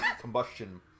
combustion